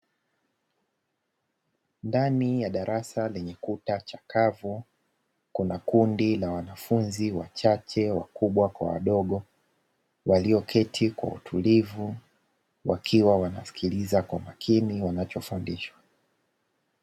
Ndani ya darasa, lenye kuta chakavu. Kuna kundi la wanafunzi wachache, wakubwa kwa wadogo. Walioketi kwa utulivu, wakiwa wanasikiliza kwa makini, wanachofundishwa.